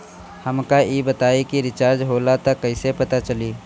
हमका ई बताई कि रिचार्ज होला त कईसे पता चली?